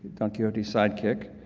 don quixote's sidekick,